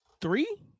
three